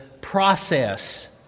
process